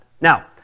now